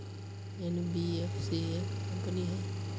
NBFC एक company हई?